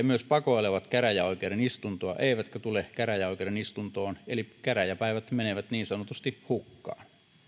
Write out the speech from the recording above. myös pakoilevat käräjäoikeuden istuntoa eivätkä tule käräjäoikeuden istuntoon eli käräjäpäivät menevät niin sanotusti hukkaan